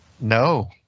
No